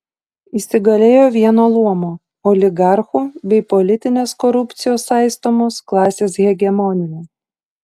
įsigalėjo vieno luomo oligarchų bei politinės korupcijos saistomos klasės hegemonija